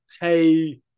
hey